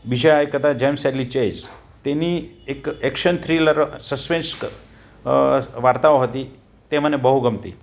બીજા એક હતા જેમ્સ હેરલિક ચેઝ તેની એક એક્શન થ્રિલર સસ્પેન્સ વાર્તાઓ હતી તે મને બહુ ગમતી